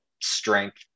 strength